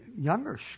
younger